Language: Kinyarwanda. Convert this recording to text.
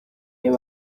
iyo